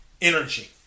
energy